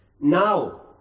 Now